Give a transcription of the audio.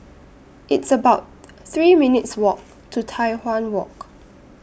It's about three minutes' Walk to Tai Hwan Walk